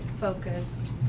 focused